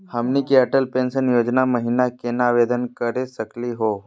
हमनी के अटल पेंसन योजना महिना केना आवेदन करे सकनी हो?